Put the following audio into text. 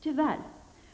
Tyvärr